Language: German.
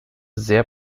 sehr